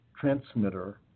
transmitter